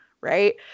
Right